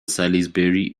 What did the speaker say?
salisbury